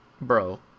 bro